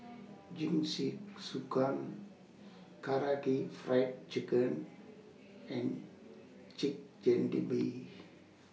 Karaage Fried Chicken and Chigenabe